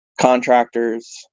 contractors